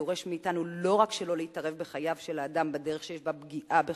דורש מאתנו לא רק שלא להתערב בחייו של אדם בדרך שיש בה פגיעה בכבודו,